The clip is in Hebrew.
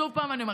שוב אני אומרת,